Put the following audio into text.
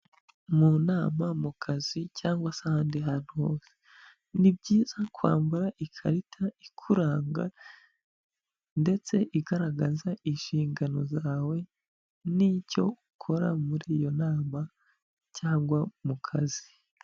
Mu nama mu kazi cyangwa se ahandi hantu hose, ni byiza kwambara ikarita ikuranga ndetse igaragaza inshingano zawe, n'icyo ukora muri iyo nama cyangwa mu kazi.